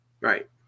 Right